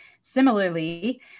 Similarly